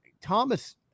Thomas